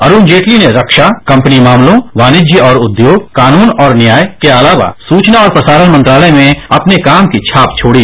अरुण जेटली ने रक्षा कम्पनी मामलों वाणिज्य और उद्योग कानून और न्याय के अलावा सुचना और प्रसारण मंत्रालय में अपने काम की छाप छोड़ी